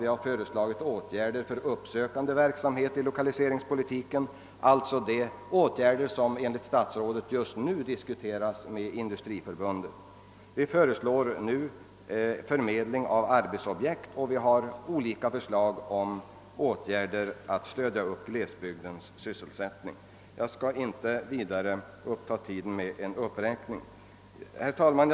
Vi har dessutom föreslagit åtgärder för en uppsökande verksamhet inom lokaliseringspolitiken, alltså sådana åtgärder som enligt herr statsrådet för närvarande diskuteras med Industriförbundet. Vi föreslår nu förmedling av arbetsobjekt, och vi har olika förslag till åtgärder för att stödja syselsättningen i glesbygderna. Jag skall inte uppta tiden med en vidare uppräkning som svar på statsrådets fråga. Herr talman!